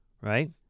Right